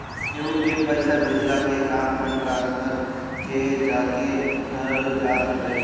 केहू के पईसा भेजला के काम फंड ट्रांसफर में जाके करल जात हवे